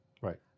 Right